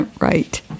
Right